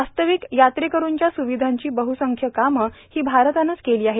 वास्तविक यात्रेकरूंच्या सुविधांची बह्संख्य कामं ही भारतानच केली आहे